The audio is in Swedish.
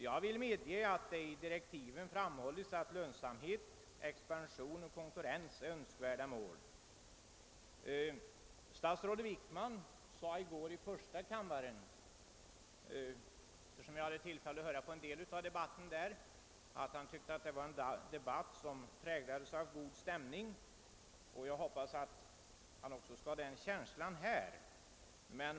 Jag medger att det i direktiven framhållits att lönsamhet, expansion och konkurrens är önskvärda mål. Statsrådet Wickman sade i går i första kammaren — jag hade tillfälle att lyssna till en del av debatten där — att han tyckte att debatten präglades av en god stämning. Jag hoppas att han skall få den känslan också här i kammaren.